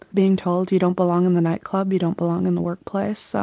being told you don't belong in the nightclub, you don't belong in the workplace, so